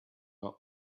are